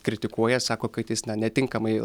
kritikuoja sako kad jis netinkamai